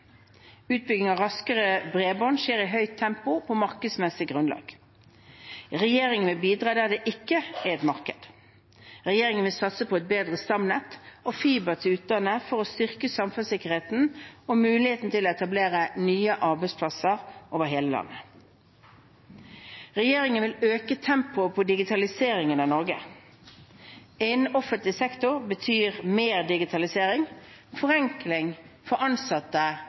av raskere bredbånd skjer i høyt tempo på markedsmessig grunnlag. Regjeringen vil bidra der det ikke er et marked. Regjeringen vil satse på et bedre stamnett og fiber til utlandet for å styrke samfunnssikkerheten og muligheten til å etablere nye arbeidsplasser over hele landet. Regjeringen vil øke tempoet på digitaliseringen av Norge. Innen offentlig sektor betyr mer digitalisering forenkling for ansatte